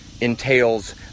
entails